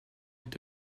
est